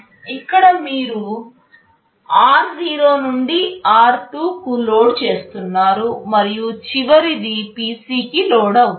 ఇక్కడ మీరు r0 నుండి r2 కు లోడ్ చేస్తున్నారు మరియు చివరిది PC కి లోడ్ అవుతుంది